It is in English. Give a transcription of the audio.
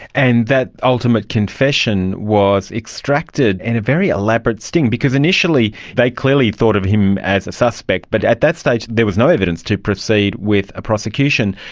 and that ultimate confession was extracted in a very elaborate sting, because initially they clearly thought of him as a suspect but at that stage there was no evidence to proceed with a prosecution.